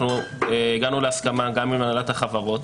אנחנו הגענו להסכמה גם עם הנהלת החברות